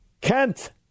Kent